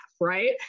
right